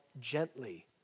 gently